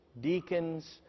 deacons